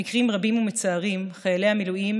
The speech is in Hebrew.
במקרים רבים ומצערים חיילי המילואים